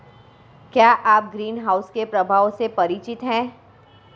क्या आप ग्रीनहाउस के प्रभावों से परिचित हैं?